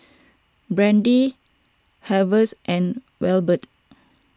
Brady Harves and Wilbert